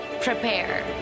prepare